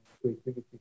creativity